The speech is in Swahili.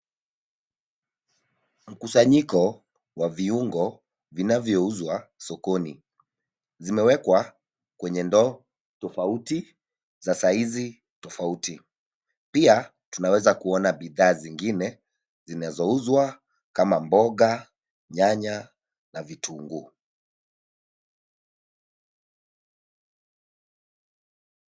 Mkusanyiko wa viungo vinavyouzwa sokoni zimewekwa kwenye ndoo tofauti za saizi tofauti. Pia tunaweza kuona bidhaa zingine zinazouzwa kama mboga, nyanya na vitunguu.